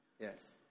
Yes